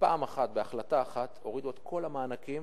ופעם אחת בהחלטה אחת הורידו את כל המענקים